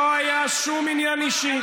לא היה שום עניין אישי.